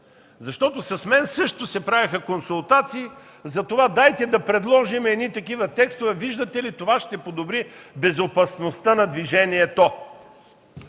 закон. С мен също се правиха консултации за това – дайте да предложим едни такива текстове, виждате ли, това ще подобри безопасността на движението.